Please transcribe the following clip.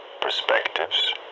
Perspectives